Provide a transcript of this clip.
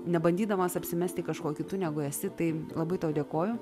nebandydamas apsimesti kažkuo kitu negu esi tai labai tau dėkoju